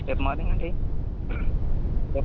రేపు మార్నింగ్ అండి రేప్